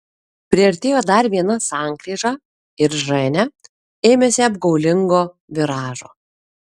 priartėjo dar viena sankryža ir ženia ėmėsi apgaulingo viražo